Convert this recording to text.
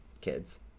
kids